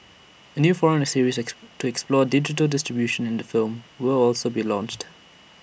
A new forum series to explore digital distribution in the film will also be launched